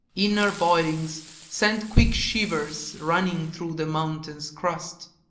inner boilings sent quick shivers running through the mountain's crust.